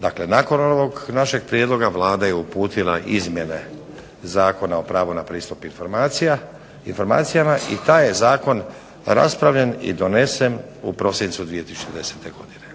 Dakle nakon ovog našeg prijedloga Vlada je uputila izmjene Zakona o pravu na pristup informacijama i taj je zakon raspravljen i donesen u prosincu 2010. godine.